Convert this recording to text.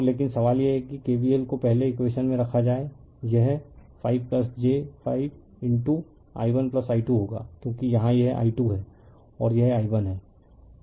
तो लेकिन सवाल यह है कि KVL को पहले इकवेशन में रखा जाए यह 5 j 5i1i2 होगा क्योंकि यहाँ यह i2 है और यह i1 है